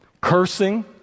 cursing